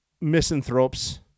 misanthropes